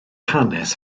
hanes